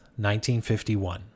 1951